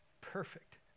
perfect